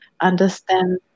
understand